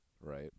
right